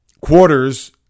quarters